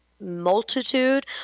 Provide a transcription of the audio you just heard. multitude